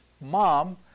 mom